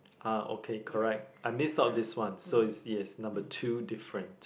uh okay correct I missed out this one so it's yes number two different